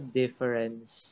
difference